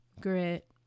grit